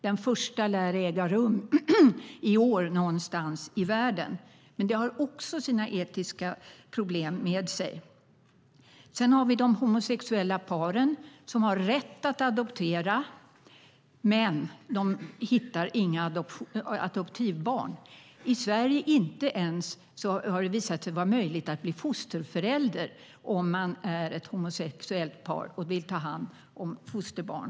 Den första lär äga rum i år någonstans i världen. Men det för också etiska problem med sig. Sedan har vi de homosexuella paren. De har rätt att adoptera men hittar inga adoptivbarn. I Sverige har det inte ens visat sig möjligt att bli fosterföräldrar om man är ett homosexuellt par och vill ta hand om fosterbarn.